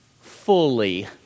Fully